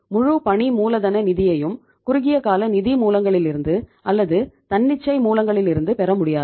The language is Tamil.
முழு பணி மூலதன நிதியையும் குறுகியகால நிதி மூலங்களிலிருந்து அல்லது தன்னிச்சை மூலங்களிலிருந்து பெறமுடியாது